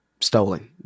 stolen